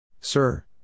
Sir